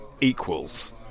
equals